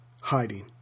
hiding